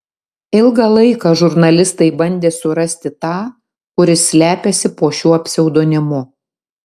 ilgą laiką žurnalistai bandė surasti tą kuris slepiasi po šiuo pseudonimu